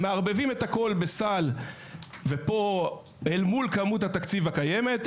מערבבים את הכול בסל אל מול כמות התקציב הקיימת,